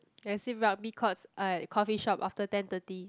when I see rugby courts I coffeeshop after ten thirty